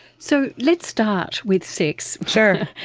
so let's start with sex. sure.